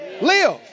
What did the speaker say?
live